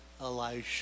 Elijah